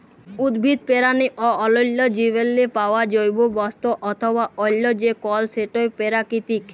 উদ্ভিদ, পেরানি অ অল্যাল্য জীবেরলে পাউয়া জৈব বস্তু অথবা অল্য যে কল সেটই পেরাকিতিক